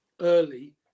early